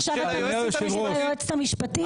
עכשיו אתה משמיץ את היועצת המשפטית?